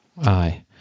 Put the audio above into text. Aye